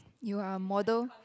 you are a model